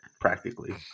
practically